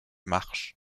marches